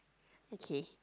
okay